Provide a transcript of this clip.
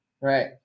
Right